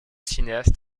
cinéastes